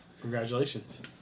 Congratulations